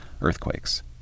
earthquakes